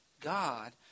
God